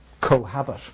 cohabit